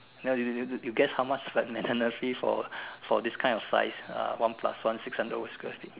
now you you you you you guess how much like maintenance fee for for this kind of size uh one plus one six hundred over Square feet